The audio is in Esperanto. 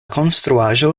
konstruaĵo